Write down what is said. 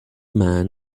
man